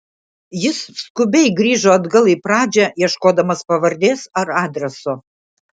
jis skubiai grįžo atgal į pradžią ieškodamas pavardės ar adreso